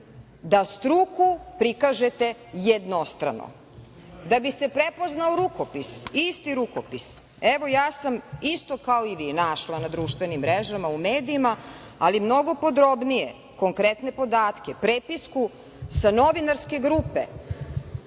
da struku prikažete jednostrano, da bi se prepoznao rukopis, isti rukopis, evo ja sam isto kao i vi našla na društvenim mrežama u medijima, ali mnogo podrobnije konkretne podatke, prepisku sa novinarske grupe